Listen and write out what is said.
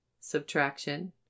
subtraction